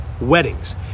weddings